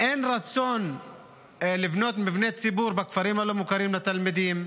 אין רצון לבנות מבני ציבור בכפרים הלא-מוכרים לתלמידים.